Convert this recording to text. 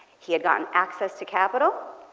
he had gotten access to capital.